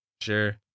sure